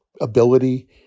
ability